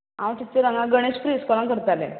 आं टिचर हांगा गणश्री इस्कोलांत करतालें